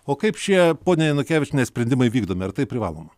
o kaip šie ponia janukevičiene sprendimai vykdomi ar tai privaloma